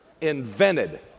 invented